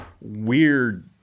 weird